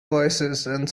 voicesand